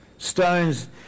Stones